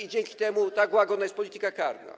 i dzięki temu tak łagodna jest polityka karna.